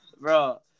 Bro